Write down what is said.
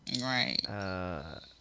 Right